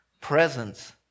presence